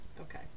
okay